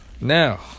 Now